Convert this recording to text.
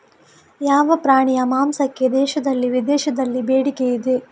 ಯಾವ ಪ್ರಾಣಿಯ ಮಾಂಸಕ್ಕೆ ದೇಶದಲ್ಲಿ ವಿದೇಶದಲ್ಲಿ ಬೇಡಿಕೆ ಇದೆ?